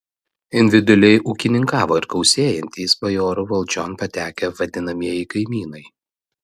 individualiai ūkininkavo ir gausėjantys bajorų valdžion patekę vadinamieji kaimynai